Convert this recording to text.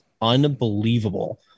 unbelievable